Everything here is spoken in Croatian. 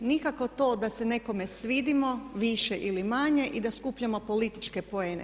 Nikako to da se nekome svidimo, više ili manje, i da skupljamo političke poene.